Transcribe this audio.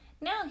Now